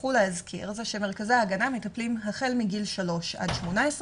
שכחו להזכיר זה שמרכזי ההגנה מטפלים החל מגיל שלוש עד 18,